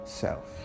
self